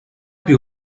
più